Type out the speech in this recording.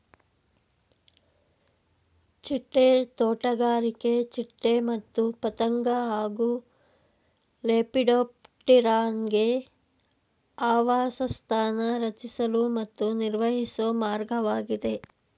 ಚಿಟ್ಟೆ ತೋಟಗಾರಿಕೆ ಚಿಟ್ಟೆ ಮತ್ತು ಪತಂಗ ಹಾಗೂ ಲೆಪಿಡೋಪ್ಟೆರಾನ್ಗೆ ಆವಾಸಸ್ಥಾನ ರಚಿಸಲು ಮತ್ತು ನಿರ್ವಹಿಸೊ ಮಾರ್ಗವಾಗಿದೆ